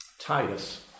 Titus